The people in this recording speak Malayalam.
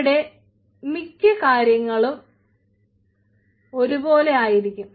ഇവിടെ മിക്ക കാര്യങ്ങളും ഒരുപോലെ ആയിരിക്കും